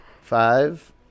Five